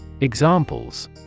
Examples